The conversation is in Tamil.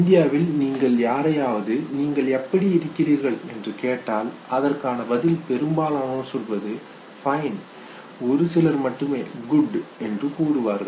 இந்தியாவில் நீங்கள் யாரையாவது "நீங்கள் எப்படி இருக்கிறீர்கள்" என்று கேட்டால் அதற்கான பதில் பெரும்பாலானோர் சொல்வது "ஃபைன்" ஒரு சிலர் மட்டுமே "குட் " என்று சொல்வார்கள்